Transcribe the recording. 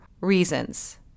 reasons